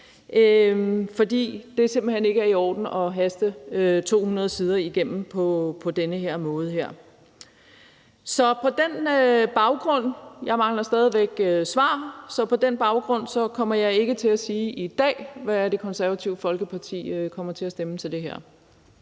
For det er simpelt hen ikke i orden at haste 200 sider igennem på den her måde. Så på den baggrund – jeg mangler stadig væk svar – kommer jeg ikke til at sige i dag, hvad Det Konservative Folkeparti kommer til at stemme til det her.